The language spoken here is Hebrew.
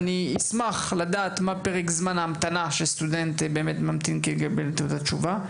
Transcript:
אני אשמח לדעת מהו פרק זמן ההמתנה שסטודנט ממתין עד לקבלת התשובה.